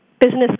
business